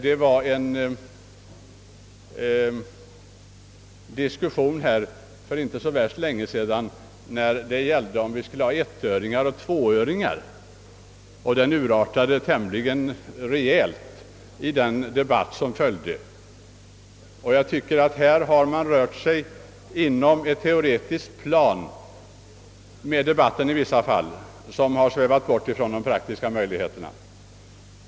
Det diskuterades för inte så värst länge sedan om vi skulle ha ettöringar och tvåöringar, och den debatten urartade tämligen rejält. I den här debatten tycker jag att talarna i vissa fall rört sig på ett teoretiskt plan och avlägsnat sig från de praktiska möjligheterna.